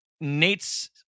Nate's